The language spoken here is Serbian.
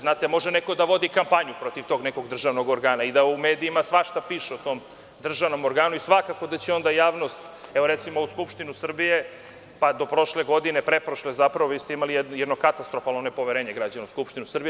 Znate, može neko da vodi kampanju protiv tog nekog državnog organa i da u medijima svašta pišu o tom državnom organu i svakako da će onda javnost, evo recimo u Skupštinu Srbije, pa do prošle godine, zapravo do pretprošle godine, vi ste imali jedno katastrofalno nepoverenje građana u Skupštinu Srbije.